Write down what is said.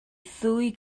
ddwy